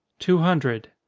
two hundred.